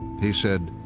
he said,